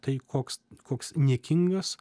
tai koks koks niekingas